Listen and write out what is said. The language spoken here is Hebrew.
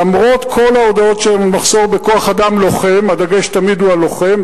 למרות כל ההודעות שהם במחסור בכוח-אדם לוחם הדגש תמיד הוא על לוחם,